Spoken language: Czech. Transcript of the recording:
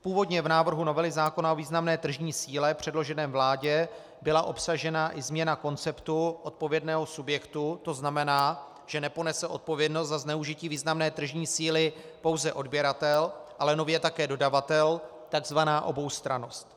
Původně v návrhu novely zákona o významné tržní síle předloženém vládě byla obsažena i změna konceptu odpovědného subjektu, tzn. že neponese odpovědnost za zneužití významné tržní síly pouze odběratel, ale nově také dodavatel, tzv. oboustrannost.